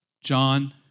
John